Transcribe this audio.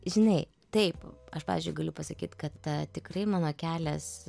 žinai taip aš pavyzdžiui galiu pasakyt kad tikrai mano kelias